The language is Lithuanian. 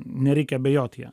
nereikia bijot jo